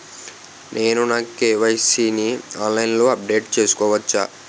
నేను నా కే.వై.సీ ని ఆన్లైన్ లో అప్డేట్ చేసుకోవచ్చా?